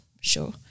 sure